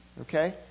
okay